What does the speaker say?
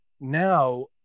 now